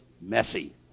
messy